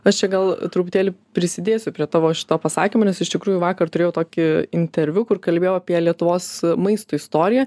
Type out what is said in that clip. aš čia gal truputėlį prisidėsiu prie tavo šito pasakymo nes iš tikrųjų vakar turėjau tokį interviu kur kalbėjau apie lietuvos maisto istoriją